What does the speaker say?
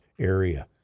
area